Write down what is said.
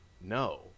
no